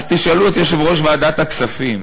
אז תשאלו את יושב-ראש ועדת הכספים